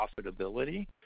profitability